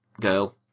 girl